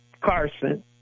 Carson